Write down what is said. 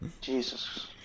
Jesus